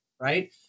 right